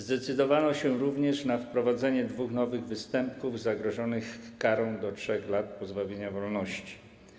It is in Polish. Zdecydowano się również na wprowadzenie dwóch nowych występków zagrożonych karą do 3 lat pozbawienia wolności.